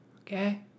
Okay